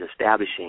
establishing